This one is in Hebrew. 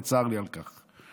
וצר לי על כך.